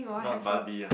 not buddy ah